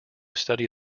study